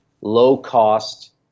low-cost